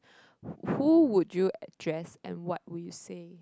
who who would you address and what will you say